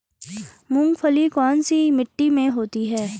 मूंगफली कौन सी मिट्टी में होती है?